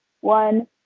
one